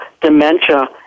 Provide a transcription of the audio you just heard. dementia